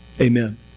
Amen